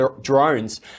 drones